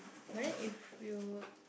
but then if you